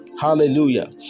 Hallelujah